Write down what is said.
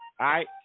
right